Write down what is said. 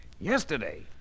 Yesterday